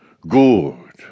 Good